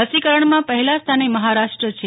રસીકરણમાં પહેલા સ્થાનને મહારાષ્ટ્ર છે